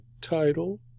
title